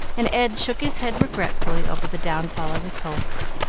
and ed shook his head regretfully over the downfall of his hopes.